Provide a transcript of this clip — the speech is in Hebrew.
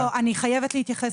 אני חייבת להתייחס,